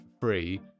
free